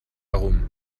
herum